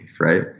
right